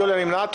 ויוליה נמנעת.